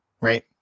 Right